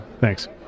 thanks